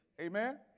Amen